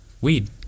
Weed